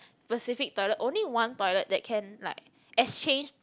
specific toilet only one toilet that can like exchange